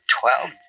twelve